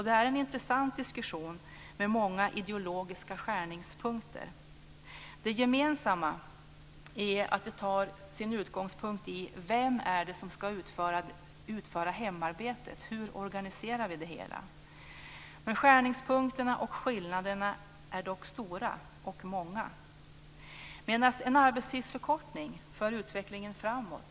Det är en intressant diskussion med många ideologiska skärningspunkter. Det gemensamma är att de tar sin utgångspunkt i vem det är som ska utföra hemarbetet. Hur organiserar vi det hela? Men skillnaderna är dock stora och många. En arbetstidsförkortning för utvecklingen framåt.